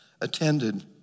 attended